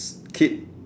kid